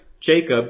Jacob